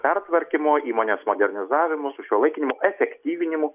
pertvarkymo įmonės modernizavimu sušiuolaikinimu efektyvinimu